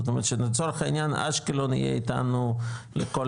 זאת אומרת לצורך העניין אשקלון יהיה איתנו לכל